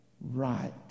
right